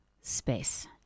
space